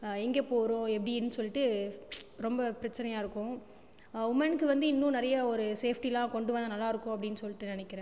எங்கே போகறோம் எப்படினு சொல்லிவிட்டு ரொம்ப பிரச்சனையாக இருக்கும் உமனுக்கு வந்து இன்னும் நிறைய ஒரு சேஃப்ட்டிலாம் கொண்டு வந்தால் நல்லா இருக்கும் அப்படினு சொல்லிவிட்டு நினைக்கிறேன்